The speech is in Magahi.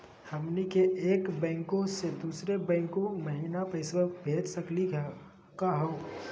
हमनी के एक बैंको स दुसरो बैंको महिना पैसवा भेज सकली का हो?